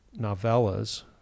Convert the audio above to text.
novellas